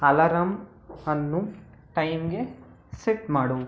alarm ಅನ್ನು ಟೈಮ್ಗೆ set ಮಾಡು